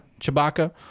Chewbacca